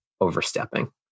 overstepping